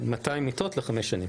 200 מיטות לחמש שנים.